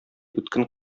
үткен